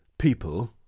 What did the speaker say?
people